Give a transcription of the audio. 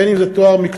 בין אם זה תואר מקצועי,